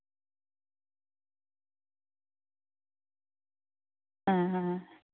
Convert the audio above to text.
ᱦᱮᱸ ᱦᱮᱸ